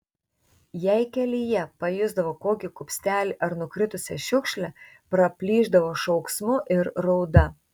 jei kelyje pajusdavo kokį kupstelį ar nukritusią šiukšlę praplyšdavo šauksmu ir rauda